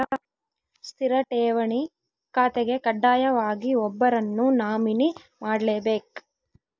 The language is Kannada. ಸ್ಥಿರ ಠೇವಣಿ ಖಾತೆಗೆ ಕಡ್ಡಾಯವಾಗಿ ಒಬ್ಬರನ್ನು ನಾಮಿನಿ ಮಾಡ್ಲೆಬೇಕ್